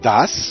Das